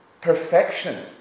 perfection